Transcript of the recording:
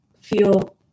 feel